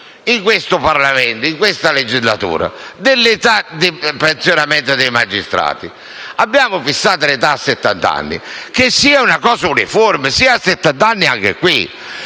in questo Parlamento, in questa legislatura, dell'età di pensionamento dei magistrati e abbiamo fissato l'età a settant'anni: che sia una cosa uniforme e che sia settant'anni anche in